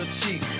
cheap